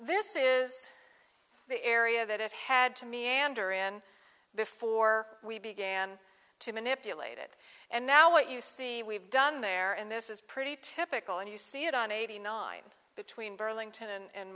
this is the area that it had to meander in before we began to manipulate it and now what you see we've done there and this is pretty typical and you see it on eighty nine between burlington and